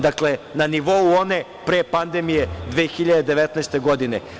Dakle, na nivou one pre pandemije 2019. godine.